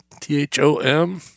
T-H-O-M